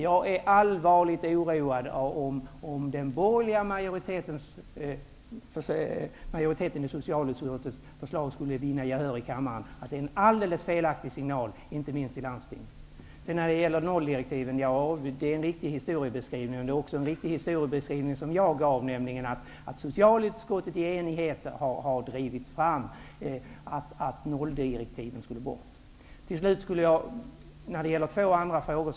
Jag blir allvarligt oroad om den borgerliga majoritetens förslag i socialutskottet vinner gehör i kammaren. Det skulle ge en alldeles felaktig signal, inte minst till landstingen. Historieskrivningen när det gäller nolldirektiven är riktig. Men den historieskrivning som jag gav är också riktig, nämligen att socialutskottet i enighet har drivit fram ett borttagande av nolldirektiven. Till slut kommer jag till två andra frågor.